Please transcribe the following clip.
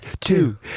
two